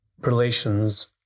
relations